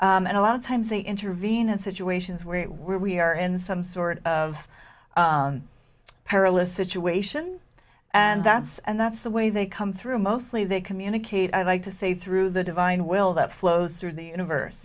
divine and a lot of times they intervene in situations where we are in some sort of perilous situation and that's and that's the way they come through mostly they communicate i like to say through the divine will that flows through the universe